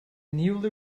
newly